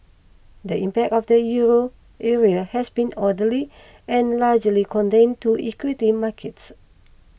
the impact of the Euro area has been orderly and largely contained to equity markets